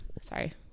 Sorry